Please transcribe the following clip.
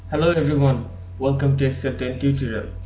hello everyone welcome to a excel ten tutorial.